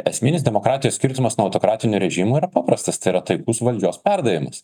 esminis demokratijos skirtumas nuo autokratinio režimo yra paprastas tai yra taikus valdžios perdavimas